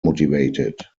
motivated